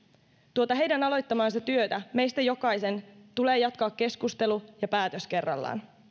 tuota heidän aloittamaansa työtä meistä jokaisen tulee jatkaa keskustelu ja päätös kerrallaan